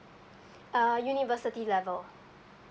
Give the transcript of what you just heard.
err university level